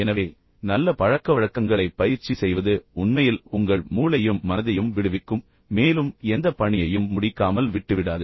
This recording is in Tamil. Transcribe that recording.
எனவே நல்ல பழக்கவழக்கங்களைப் பயிற்சி செய்வது உண்மையில் உங்கள் மூளையையும் மனதையும் விடுவிக்கும் மேலும் எந்தப் பணியையும் முடிக்காமல் விட்டுவிடாது